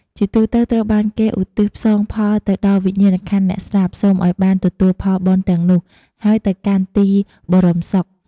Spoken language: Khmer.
ជាទូទៅ ត្រូវបានគេឧទ្ទិសផ្សងផលទៅដល់វិញ្ញាណក្ខន្ធអ្នកស្លាប់ សូមឲ្យបានទទួលផលបុណ្យទាំងនោះ ហើយទៅកាន់ទីបរមសុខ។